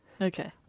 Okay